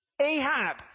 Ahab